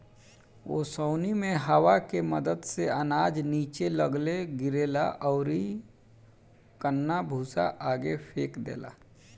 ओसौनी मे हवा के मदद से अनाज निचे लग्गे गिरेला अउरी कन्ना भूसा आगे फेंक देला